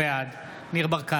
בעד אליהו ברוכי, נגד ניר ברקת,